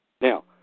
Now